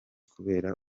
kubera